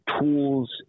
tools